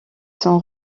sont